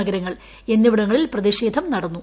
നഗരങ്ങൾ എന്നിവിടങ്ങളിൽ പ്രതിഷേധം നടന്നു